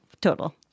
total